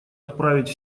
отправить